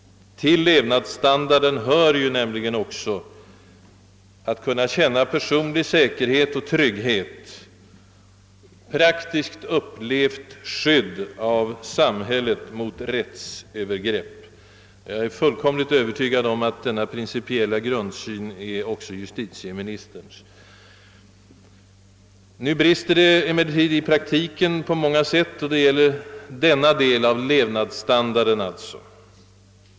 Till levnadsstandarden hör också att kunna känna personlig säkerhet och trygghet, praktiskt upplevt skydd av samhället mot rättsövergrepp. Jag är fullkomligt övertygad om att denna principiella grundsyn också är justitieministerns. I praktiken brister det emellertid på många sätt då det gäller denna del av levnadsstandarden.